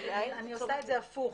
אני עושה את זה הפוך.